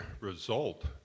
result